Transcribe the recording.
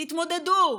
תתמודדו,